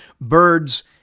Birds